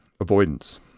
avoidance